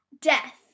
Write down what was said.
Death